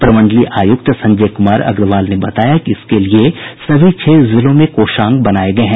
प्रमंडलीय आयुक्त संजय कुमार अग्रवाल ने बताया कि इसके लिए सभी छह जिलों में कोषांग बनाये गये हैं